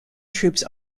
troops